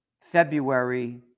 February